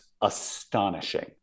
astonishing